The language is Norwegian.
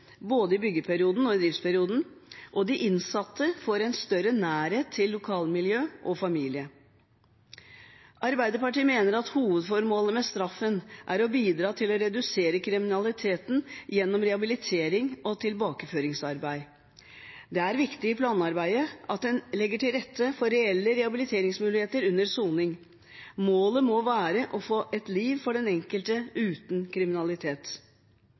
både i byggeperioden og i driftsperioden, og de innsatte får en større nærhet til lokalmiljø og familie. Arbeiderpartiet mener at hovedformålet med straffen er å bidra til å redusere kriminaliteten gjennom rehabilitering og tilbakeføringsarbeid. Det er viktig i planarbeidet at en legger til rette for reelle rehabiliteringsmuligheter under soning. Målet må være å få et liv uten kriminalitet for den enkelte.